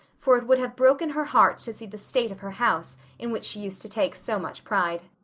for it would have broken her heart to see the state of her house in which she used to take so much pride.